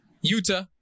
Utah